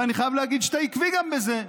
אני חייב להגיד שאתה עקבי גם בזה.